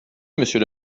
monsieur